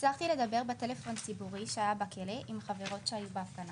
הצלחתי לדבר מטלפון ציבורי שהיה בכלא עם חברות שהיו בהפגנה.